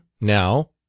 now